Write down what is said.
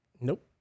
Nope